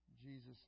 Jesus